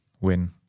win